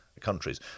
countries